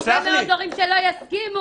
הרבה מאוד הורים שלא יסכימו,